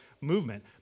movement